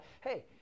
Hey